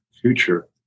future